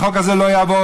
החוק הזה לא יעבור,